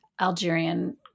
Algerian